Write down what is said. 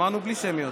אמרנו בלי שמיות.